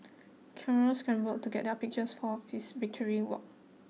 Camera scramble to get up pictures for his victory walk